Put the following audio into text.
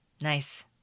Nice